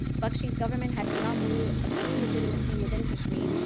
bakshi's government had to not only obtain legitimacy within kashmir,